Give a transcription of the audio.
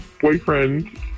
boyfriend